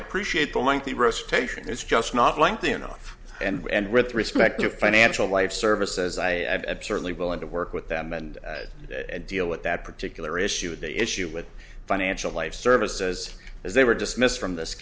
appreciate the lengthy row station it's just not lengthy enough and with respect your financial life services i certainly willing to work with them and deal with that particular issue the issue with financial life services as they were dismissed from this